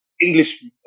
English